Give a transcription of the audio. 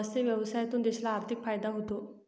मत्स्य व्यवसायातून देशाला आर्थिक फायदा होतो